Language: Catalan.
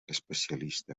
especialista